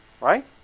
right